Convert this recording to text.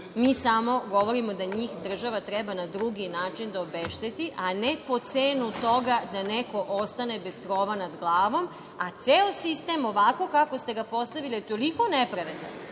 Mi samo govorimo da njih država treba na drugi način da obešteti, a ne po cenu toga da neko ostane bez krova nad glavom, a ceo sistem, ovako kako ste ga postavili, je toliko nepravedan